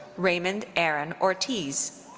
raymond aaron ortiz.